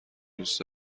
دوست